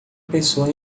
pessoa